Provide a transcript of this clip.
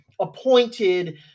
appointed